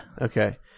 Okay